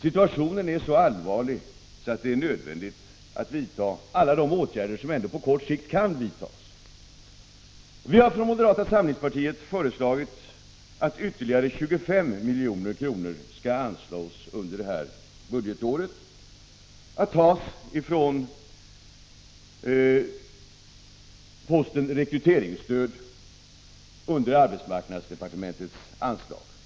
Situationen är så allvarlig att det är nödvändigt att vidta alla de åtgärder som på kort sikt kan vidtas. Vi har från moderata samlingspartiet föreslagit att ytterligare 25 milj.kr. skall anslås under detta budgetår att tas från posten Rekryteringsstöd under arbetsmarknadsdepartementets anslag.